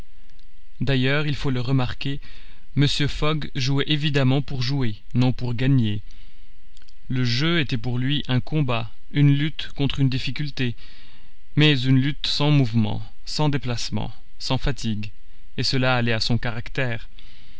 d'ailleurs il faut le remarquer mr fogg jouait évidemment pour jouer non pour gagner le jeu était pour lui un combat une lutte contre une difficulté mais une lutte sans mouvement sans déplacement sans fatigue et cela allait à son caractère